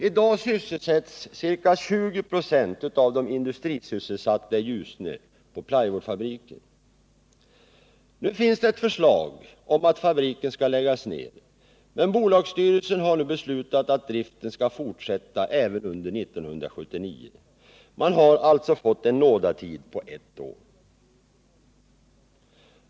I dag sysselsätts ca 20 96 av de industrisysselsatta i Ljusne på plywoodfabriken. Det finns ett förslag om att fabriken skall läggas ner, men bolagsstyrelsen har nu beslutat att driften skall fortsätta även under 1979. Man har alltså fått en nådatid på ett år.